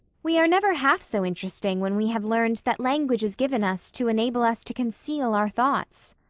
we are never half so interesting when we have learned that language is given us to enable us to conceal our thoughts.